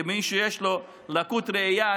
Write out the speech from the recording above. כמי שיש לו לקות ראייה,